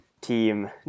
team